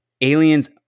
Aliens